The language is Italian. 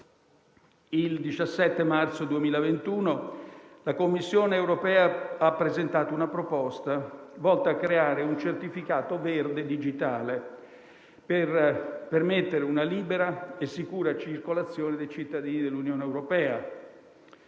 Il 17 marzo 2021 la Commissione europea ha presentato una proposta volta a creare un certificato verde digitale per permettere una libera e sicura circolazione dei cittadini dell'Unione europea.